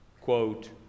Quote